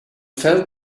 felt